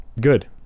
good